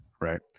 right